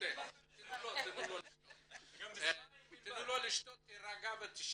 תנו לו לשתות, תירגע ותשב.